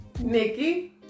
Nikki